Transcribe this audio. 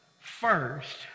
first